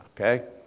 Okay